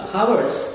Hours